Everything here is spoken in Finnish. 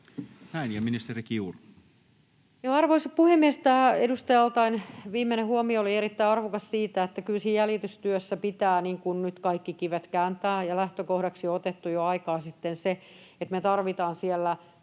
13:43 Content: Arvoisa puhemies! Tämä edustaja al-Taeen viimeinen huomio oli erittäin arvokas, se, että kyllä siinä jäljitystyössä pitää nyt kaikki kivet kääntää. Lähtökohdaksi on otettu jo aikaa sitten se, että me tarvitaan siellä